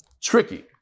tricky